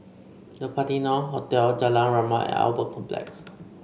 The Patina Hotel Jalan Rahmat and Albert Complex